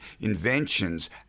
inventions